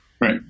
right